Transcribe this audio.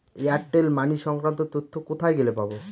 Airtel money সংক্রান্ত তথ্য কোথায় গেলে পাব?